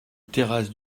terrasse